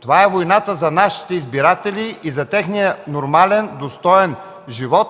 Това е войната за нашите избиратели и за техния нормален, достоен живот.